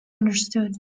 understood